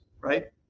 right